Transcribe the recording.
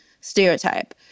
stereotype